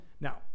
Now